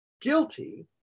Guilty